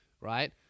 Right